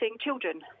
children